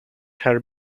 her